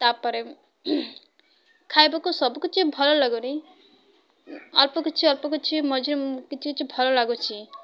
ତାପରେ ଖାଇବାକୁ ସବୁକିଛି ଭଲ ଲାଗୁନି ଅଳ୍ପ କିଛି ଅଳ୍ପ କିଛି ମଝିରେ କିଛି କିଛି ଭଲ ଲାଗୁଛି